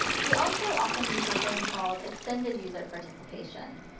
we also often do something called extender user participation.